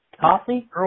Coffee